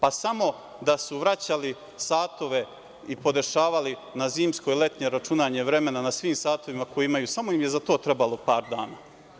Pa, samo da su vraćali satove i podešavali na zimske i letnje vraćanje vremena na svim satovima koje imaju, samo im je za to trebalo par dana.